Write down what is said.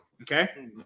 Okay